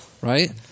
right